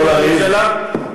של הממשלה?